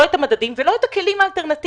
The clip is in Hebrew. לא את המדדים ולא את הכלים האלטרנטיביים.